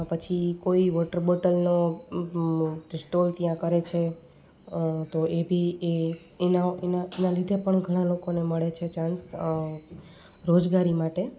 પછી કોઈ water bottle stall ત્યાં કરે છે તો એ બી એ એના એના લીધે પણ ઘણા લોકોને મળે છે ચાન્સ રોજગારી માટે